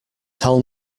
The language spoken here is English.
tell